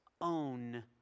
own